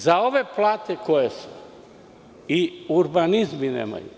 Za ove plate koje su i urbanizmi nemaju.